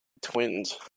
Twins